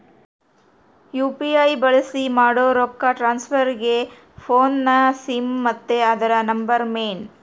UPI ಬಳ್ಸಿ ಮಾಡೋ ರೊಕ್ಕ ಟ್ರಾನ್ಸ್ಫರ್ಗೆ ಫೋನ್ನ ಸಿಮ್ ಮತ್ತೆ ಅದುರ ನಂಬರ್ ಮೇನ್